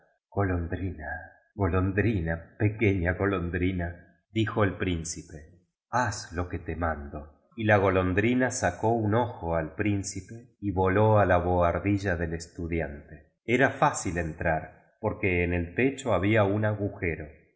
golondrina golondrina pequeña golondrina dijo el principe haz lo que te mando y la golondrina sacó un ojo al príncipe y voló a la boardilla del estudiante era fácil entrar porque en el techo habla un agujero